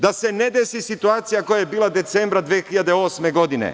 Da se ne desi situacija koja je bila decembra 2008. godine.